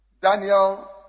Daniel